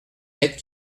lettre